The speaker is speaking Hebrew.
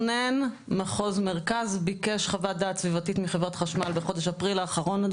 מתכנן מחוז מרכז ביקש חוות דעת סביבתית מחברת חשמל בחודש אפריל האחרון.